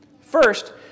first